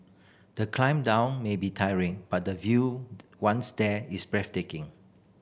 the climb down may be tiring but the view once there is breathtaking